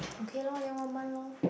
okay lor then one month lor